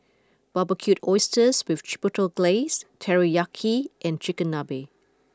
Barbecued Oysters with Chipotle Glaze Teriyaki and Chigenabe